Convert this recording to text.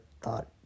thought